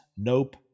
Nope